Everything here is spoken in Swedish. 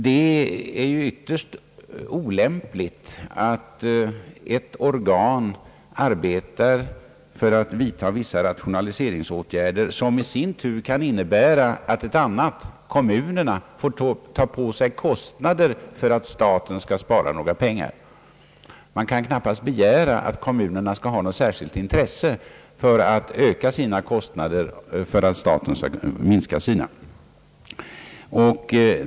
Det är ju ytterst olämpligt att ett organ arbetar för vissa rationaliseringsåtgärder och att detta kan i sin tur innebära att ett annat organ, kommunerna, får ta på sig kostnader för att staten skall kunna göra besparingar. Det kan knappast begäras att kommunerna skall ha något särskilt intresse av att öka sina kostnader för att staten skall kunna minska sina.